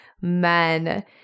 men